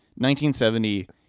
1970